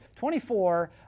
24